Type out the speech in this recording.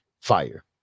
Fire